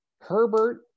Herbert